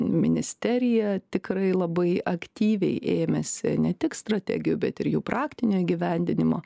ministerija tikrai labai aktyviai ėmėsi ne tik strategijų bet ir jų praktinio įgyvendinimo